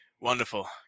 Wonderful